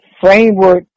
framework